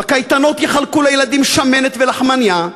בקייטנות יחלקו לילדים שמנת ולחמנייה,